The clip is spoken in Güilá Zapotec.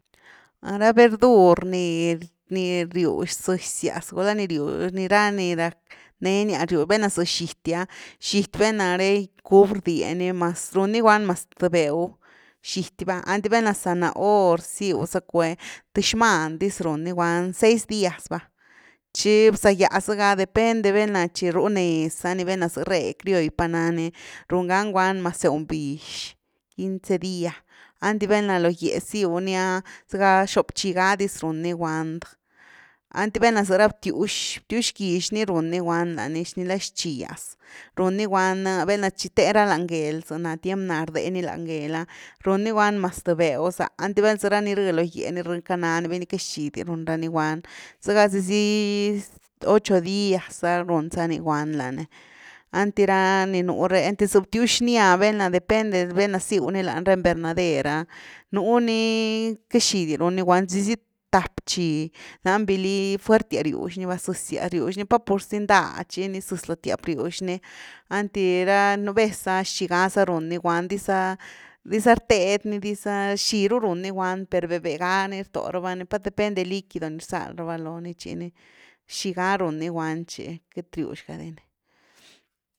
Ra verdur ni-ni riux zëzyas gulá ni riux, ra ni rack neniaz riux, velna za xity’a xity velna re cubi bdie ni mas th – mas runi guan mas th béw, xity va anty valna zanahori siu zacku eh, th xman diz runi guan, seis días va, tchi bzá-gya zegá depende velna chi bru-nez zani, velna za ré criolll, pa nani, run gani guad mas nzeubix, quince días, einty valna lo gyéh ziu ni’ah ga, xop tchi ga dis run ni guand, enty val na za ra btywx, btywx gix ni run ni guand la ni, nicka txigyas, runi guand velna tchi te ra lany gel, za tiem na rde ni lan gel, run ni guand mas th béw za enity val sa ra ni rh lo gyé ni rënka nani beiní queity xi di run rani guand, zega sasi ocho días za run za ni guand lani, enity ra ni nu re za btywx xnya, velna depende velna siu ni lany ra invernader’ah nuni queity xi di runi guandzezy tap tchi lani vali, fuertias riwxni va, zëzyas riuxni pat pur zy ndá tchi ni zëzy lo tiap riux ni, enty ra nú vez xi gaza run ni guan, diza rted ni dizáh xi ru runi guand per veh veh ga ni rto raba ni, pat depende liquido ni rzal raba lo ní ni tchi nixiga runi guand tchi queity riux ga’dini.